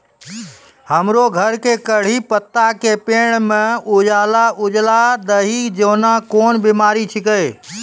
हमरो घर के कढ़ी पत्ता के पेड़ म उजला उजला दही जेना कोन बिमारी छेकै?